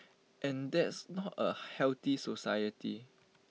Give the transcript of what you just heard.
and that's not A healthy society